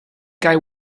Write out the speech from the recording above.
guy